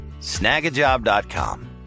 Snagajob.com